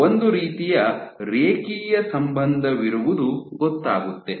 ಒಂದು ರೀತಿಯ ರೇಖೀಯ ಸಂಬಂಧವಿರುವುದು ಗೊತ್ತಾಗುತ್ತೆ